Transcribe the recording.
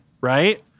right